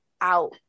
out